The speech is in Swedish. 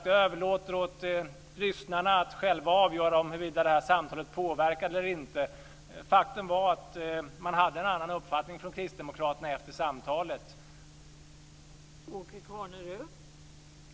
Jag överlåter, som sagt, åt lyssnarna att själva avgöra huruvida det här samtalet påverkade eller inte, men faktum var att kristdemokraterna efter samtalet hade en annan uppfattning.